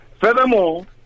Furthermore